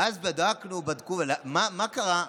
ואז בדקנו, בדקו: מה קרה?